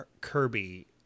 Kirby